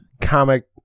comic